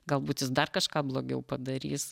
galbūt jis dar kažką blogiau padarys